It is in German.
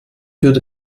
würde